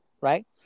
right